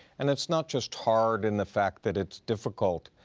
and it's not just hard in the fact that it's difficult,